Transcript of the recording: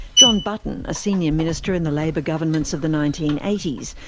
john button, a senior minister in the labor governments of the nineteen eighty s,